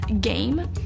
game